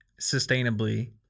sustainably